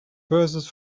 verses